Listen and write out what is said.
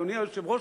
אדוני היושב-ראש,